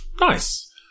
Nice